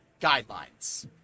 guidelines